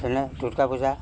যেনে দুৰ্গা পূজা